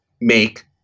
make